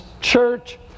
church